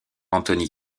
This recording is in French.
antoni